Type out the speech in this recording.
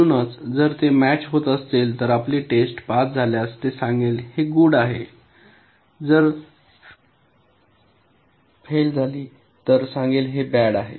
म्हणूनच जर ते मैच होत असतील तर आपली टेस्ट पास झाल्यास ते सांगेल हे गुड आहे जर फेल झाली तर सांगेल हे बॅड आहे